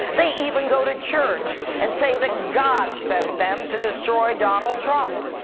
they even go to church and say that god sent them to destroy donald trump.